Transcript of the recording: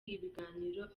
ibiganiro